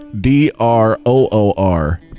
d-r-o-o-r